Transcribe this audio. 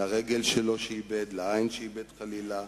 לרגל שלו, שאיבד, לעין שאיבד, חלילה,